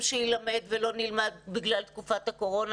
שיילמד ולא נלמד בגלל תקופת הקורונה.